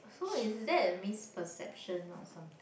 so is that a misperception or something